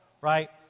right